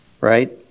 right